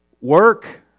Work